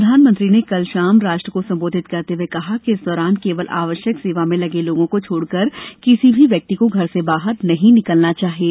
प्रधानमंत्री ने कल शाम राष्ट्र को संबोधित करते हुए कहा कि इस दौरान केवल आवश्यक सेवा में लगे लोगों को छोड़कर किसी भी व्यक्ति को घर से बाहर नहीं निकलना चाहिए